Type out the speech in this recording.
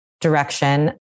direction